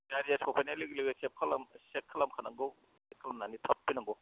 गारिया सफैनाय लोगो लोगो चेक खालाम चेक खालामखानांगौ चेक खालामनानै थाब फैनांगौ